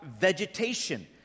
vegetation